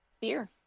beer